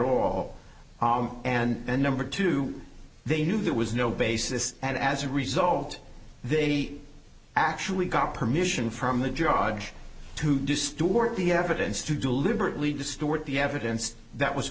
and number two they knew there was no basis and as a result they actually got permission from the job to distort the evidence to deliberately distort the evidence that was